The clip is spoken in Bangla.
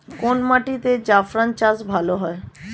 কোন মাটিতে জাফরান চাষ ভালো হয়?